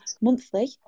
monthly